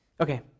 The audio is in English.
Okay